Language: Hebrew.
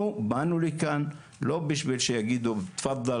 אנחנו באנו לכאן לא בשביל שיגידו קדימה,